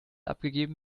abgegeben